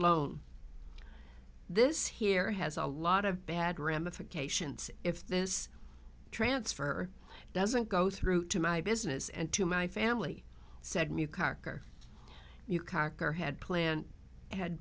loan this here has a lot of bad ramifications if this transfer doesn't go through to my business and to my family i said mubarak or you cocker had planned had